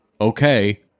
Okay